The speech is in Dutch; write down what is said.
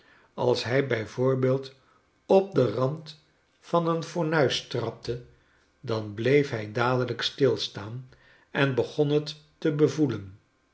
als hij bij voorbeeld op den rand van een fornuis trapte dan bleef hij dadelijk stilstaan en begon het te bevoelen